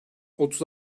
otuz